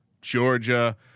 Georgia